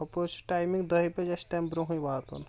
ہُپٲرۍ چھِ ٹایمِنٛگ دۄہہِ بَجہِ اَسہِ چھُ تَمہِ برٛونٛہٕے واتُن